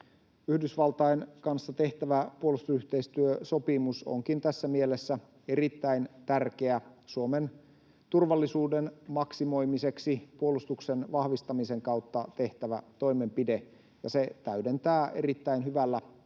Yhdysvaltain kanssa tehtävä puolustusyhteistyösopimus onkin tässä mielessä erittäin tärkeä Suomen turvallisuuden maksimoimiseksi puolustuksen vahvistamisen kautta tehtävä toimenpide, ja se täydentää erittäin hyvällä tavalla